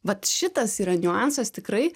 vat šitas yra niuansas tikrai